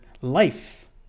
life